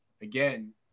again